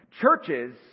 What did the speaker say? churches